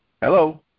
Hello